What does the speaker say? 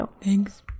thanks